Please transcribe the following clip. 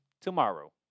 tomorrow